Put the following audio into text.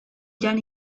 jan